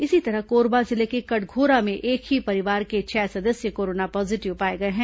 इसी तरह कोरबा जिले के कटघोरा में एक ही परिवार के छह सदस्य कोरोना पॉजीटिव पाए गए हैं